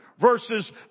verses